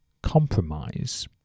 compromise